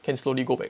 can slowly go back